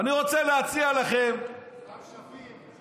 אני רוצה להציע לכם, סתיו שפיר.